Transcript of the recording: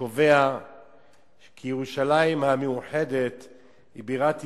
שקובע כי ירושלים המאוחדת היא בירת ישראל.